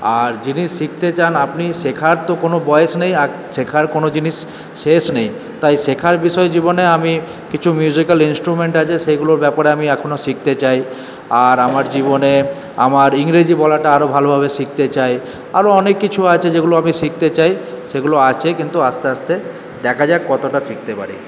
আর যিনি শিখতে চান আপনি শেখার তো কোনো বয়েস নেই আর শেখার কোনো জিনিস শেষ নেই তাই শেখার বিষয়ে জীবনে আমি কিছু মিউজিকাল ইন্সট্রুমেন্ট আছে সেগুলোর ব্যাপারে আমি এখনও শিখতে চাই আর আমার জীবনে আমার ইংরেজি বলা টা আরও ভালো ভাবে শিখতে চাই আরও অনেক কিছু আছে যেগুলো আমি শিখতে চাই সেগুলো আছে কিন্তু আস্তে আস্তে দেখা যাক কতটা শিখতে পারি